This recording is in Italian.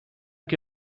che